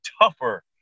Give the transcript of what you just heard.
tougher